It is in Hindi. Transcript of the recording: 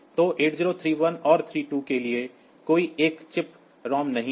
तो 8031 और 32 के लिए कोई एक चिप रोम नहीं है